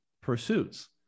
pursuits